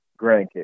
grandkids